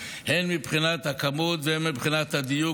הן מבחינת הכמות והן מבחינת הדיוק,